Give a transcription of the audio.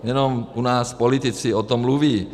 Jenom u nás politici o tom mluví.